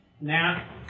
Now